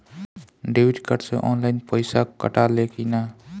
Debit card से online पैसा कटा ले कि ना?